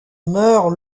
meurt